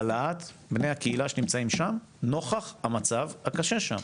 העלאת בני הקהילה שנמצאים שם נוכח המצב הקשה שם.